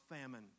famine